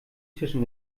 tischen